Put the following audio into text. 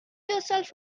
yourself